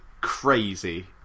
crazy